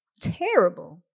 terrible